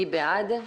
מי בעד?